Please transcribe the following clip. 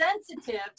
Sensitive